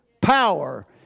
power